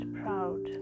proud